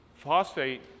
Phosphate